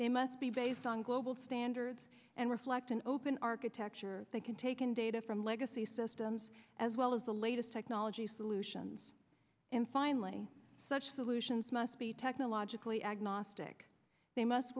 they must be based on global standards and reflect an open architecture that can taken data from legacy systems as well as the latest technology solutions and finally such solutions must be technologically agnostic they must